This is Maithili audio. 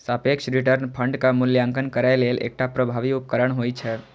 सापेक्ष रिटर्न फंडक मूल्यांकन करै लेल एकटा प्रभावी उपकरण होइ छै